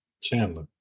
Chandler